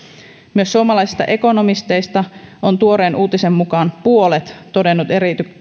myös suomalaisista ekonomisteista on tuoreen uutisen mukaan puolet todennut